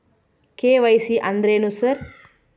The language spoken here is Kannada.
ಕೆ.ವೈ.ಸಿ ಅಂದ್ರೇನು ಸರ್?